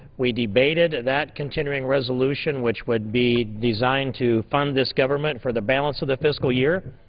we debated that continuing resolution which would be designed to fund this government for the balance of the fiscal year.